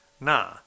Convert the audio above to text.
nah